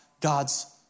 God's